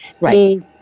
Right